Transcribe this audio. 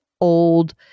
old